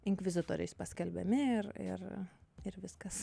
inkvizitoriais paskelbiami ir ir ir viskas